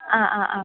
ആ ആ ആ